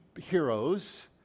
heroes